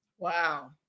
Wow